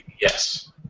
Yes